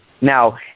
Now